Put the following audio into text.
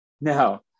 Now